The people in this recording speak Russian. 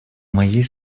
моей